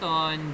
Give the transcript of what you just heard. on